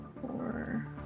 Four